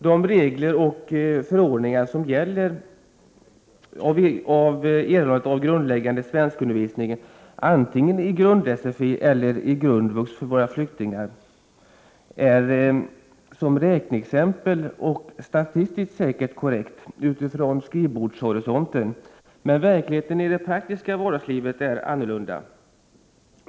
De regler och förordningar som gäller för våra flyktingars erhållande av grundläggande svenskundervisning, antingen i grund-sfi eller i grundvux, leder till räkneexempel och statistik som säkert är korrekta utifrån skrivbordshorisonten. Verkligheten i det praktiska vardagslivet är dock annorlunda.